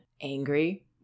angry